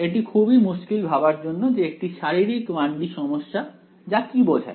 এটি খুবই মুশকিল ভাবার জন্য যে একটি শারীরিক 1 D সমস্যা যা কী বোঝায়